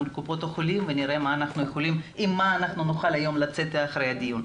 מול קופות החולים ונראה עם מה נוכל לצאת היום אחרי הדיון.